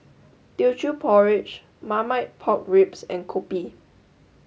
Teochew Porridge Marmite Pork Ribs and Kopi